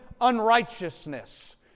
unrighteousness